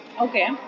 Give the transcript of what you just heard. Okay